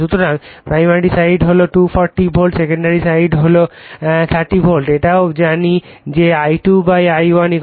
সুতরাং primary side হল 240 volt secondary side হল 30 ভোল্ট এটাও জানি যে I2 I1 K